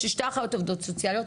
יש לי שתי אחיות עובדות סוציאליות,